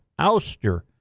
ouster